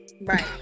Right